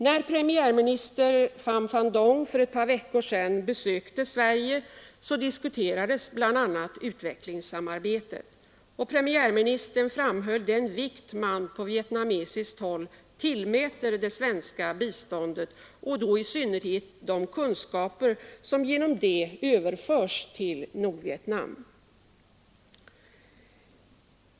När premiärminister Pham Van Dong för ett par veckor sedan besökte Sverige diskuterades bl.a. utvecklingssamarbetet. Premiärministern framhöll den vikt man på vietnamesiskt håll tillmäter det svenska biståndet och då i synnerhet de kunskaper som genom det överförs till Nordvietnam.